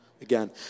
again